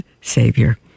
Savior